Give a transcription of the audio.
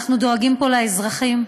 אנחנו דואגים פה לאזרחים,